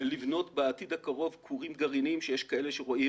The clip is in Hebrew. לבנות בעתיד הקרוב כורים גרעיניים שיש כאלה שרואים